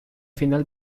final